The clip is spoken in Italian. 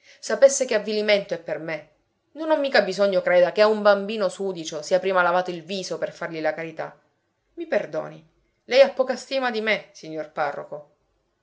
sapesse che avvilimento è per me non ho mica bisogno creda che a un bambino sudicio sia prima lavato il viso per fargli la carità i perdoni lei ha poca stima di me signor parroco